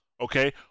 Okay